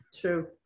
true